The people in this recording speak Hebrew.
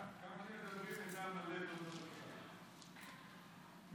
גם כשמדברים מדם הלב